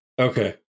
Okay